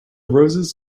roses